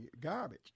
garbage